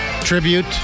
Tribute